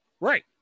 Right